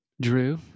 Drew